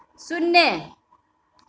शून्य